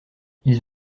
ils